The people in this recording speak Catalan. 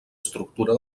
estructura